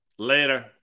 Later